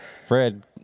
Fred